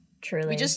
Truly